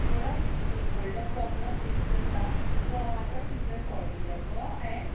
बरो एक व्हडलो प्रोब्लॅम फेस करता तो आसा तो टिचर शॉरटेजाचो एण्ड